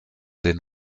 den